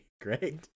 great